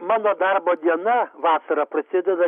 mano darbo diena vasarą prasideda